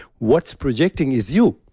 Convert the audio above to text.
what's projecting is you.